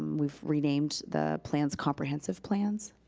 we've renamed the plan's comprehensive plans.